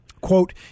Quote